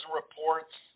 reports